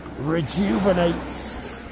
rejuvenates